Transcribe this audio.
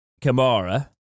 Kamara